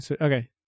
Okay